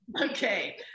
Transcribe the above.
okay